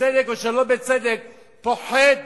בצדק או שלא בצדק, פוחד